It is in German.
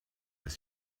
ist